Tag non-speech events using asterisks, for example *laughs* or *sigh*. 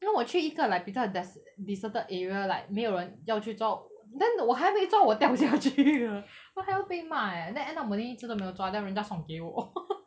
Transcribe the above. then 我去一个 like 比较 des~ deserted area like 没有人要去抓 then 我还没抓我掉下去了我还要被骂 eh then end up 我连一只都没有抓 then 人家送给我 *laughs*